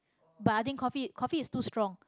but I think coffee coffee is too strong